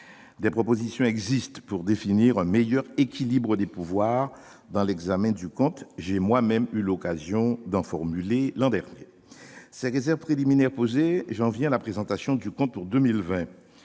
Des propositions existent pour définir un meilleur équilibre des pouvoirs dans l'examen de ce compte. J'ai moi-même eu l'occasion d'en formuler l'an dernier. Ces réserves préliminaires exposées, j'en viens à la présentation des crédits de ce